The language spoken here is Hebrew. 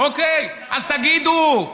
אוקיי, אז תגידו.